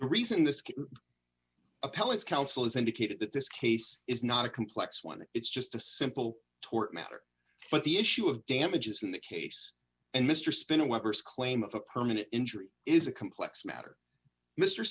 cases reason this appellate counsel has indicated that this case is not a complex one it's just a simple tort matter but the issue of damages in that case and mr spinner weapons claim of a permanent injury is a complex matter mr